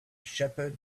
shepherd